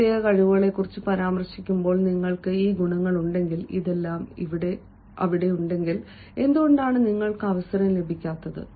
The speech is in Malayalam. പ്രത്യേക കഴിവുകളെക്കുറിച്ച് പരാമർശിക്കുമ്പോൾ നിങ്ങൾക്ക് ഈ ഗുണങ്ങൾ ഉണ്ടെങ്കിൽ ഇതെല്ലാം അവിടെ ഉണ്ടെങ്കിൽ എന്തുകൊണ്ടാണ് നിങ്ങൾക്ക് അവസരം ലഭിക്കാത്തത്